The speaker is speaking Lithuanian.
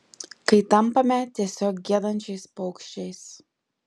kai tampame tiesiog giedančiais paukščiais